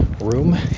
room